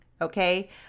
Okay